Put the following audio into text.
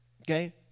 Okay